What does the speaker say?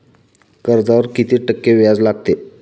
कर्जावर किती टक्के व्याज लागते?